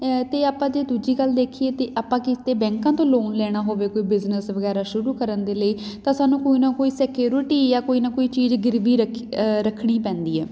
ਅਤੇ ਆਪਾਂ ਜੇ ਦੂਜੀ ਗੱਲ ਦੇਖੀਏ ਤਾਂ ਆਪਾਂ ਕਿਤੇ ਬੈਂਕਾਂ ਤੋਂ ਲੋਨ ਲੈਣਾ ਹੋਵੇ ਕੋਈ ਬਿਜ਼ਨਸ ਵਗੈਰਾ ਸ਼ੁਰੂ ਕਰਨ ਦੇ ਲਈ ਤਾਂ ਸਾਨੂੰ ਕੋਈ ਨਾ ਕੋਈ ਸਕਿਓਰਟੀ ਜਾਂ ਕੋਈ ਨਾ ਕੋਈ ਚੀਜ਼ ਗਿਰਵੀ ਰੱਖੀ ਰੱਖਣੀ ਪੈਂਦੀ ਹੈ